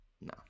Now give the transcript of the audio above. no